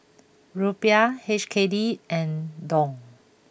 Rupiah H K D and Dong